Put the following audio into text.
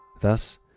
Thus